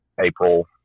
April